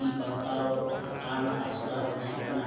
E ᱵᱟᱛᱟᱣᱟᱱ ᱟᱥᱲᱟ ᱛᱟᱦᱮᱸ ᱠᱟᱱᱟ